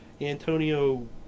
Antonio